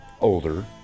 older